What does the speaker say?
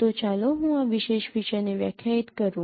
તો ચાલો હું આ વિશેષ ફીચરને વ્યાખ્યાયિત કરું